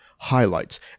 highlights